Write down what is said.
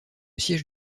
siège